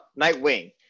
Nightwing